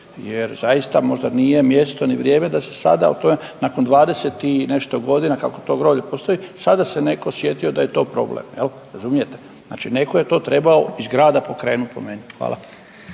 Jer zaista možda nije mjesto ni vrijeme da se sada o tome, nakon 20 i nešto godina kako to groblje postoji sada se netko sjetio da je to problem. Jel' razumijete? Znači netko je to trebao iz grada pokrenuti po meni. Hvala.